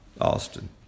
Austin